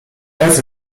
raz